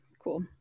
Cool